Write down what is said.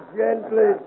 gently